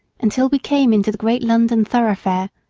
until we came into the great london thoroughfare,